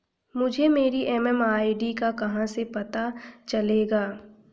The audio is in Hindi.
मुझे मेरी एम.एम.आई.डी का कहाँ से पता चलेगा?